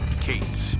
Kate